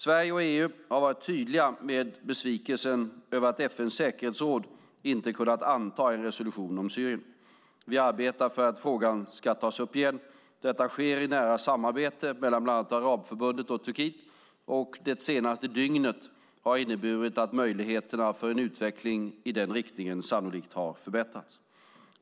Sverige och EU har varit tydliga med besvikelsen över att FN:s säkerhetsråd inte har kunnat anta en resolution om Syrien. Vi arbetar för att frågan ska tas upp igen. Detta sker i nära samarbete med bland annat Arabförbundet och Turkiet. Det senaste dygnet har inneburit att möjligheterna för en utveckling i den riktningen sannolikt har förbättrats.